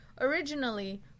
originally